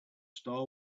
star